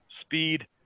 speed